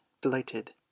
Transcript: delighted